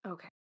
Okay